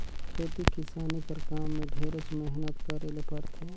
खेती किसानी कर काम में ढेरेच मेहनत करे ले परथे